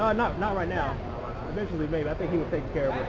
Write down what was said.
um not not right now eventually later, i think he was taking care